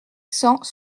cents